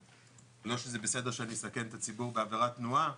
לא שזה בסדר שאני אסכן את הציבור בעבירת תנועה,